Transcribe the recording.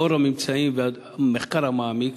עקב הממצאים והמחקר המעמיק,